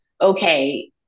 okay